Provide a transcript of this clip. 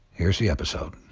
here's the episode.